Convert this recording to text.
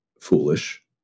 foolish